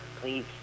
please